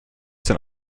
den